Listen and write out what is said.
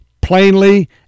plainly